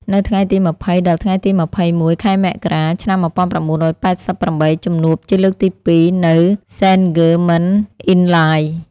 នៅថ្ងៃទី២០ ដល់ថ្ងៃទី២១ ខែមករា ឆ្នាំ១៩៨៨ ជំនួបជាលើកទី២ នៅ សេន-ហ្គឺរម៉ិន-អ៊ីន-ឡាយ។